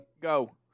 Go